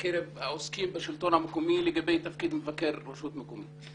בקרב העוסקים בשלטון המקומי לגבי תפקיד מבקר רשות מקומית.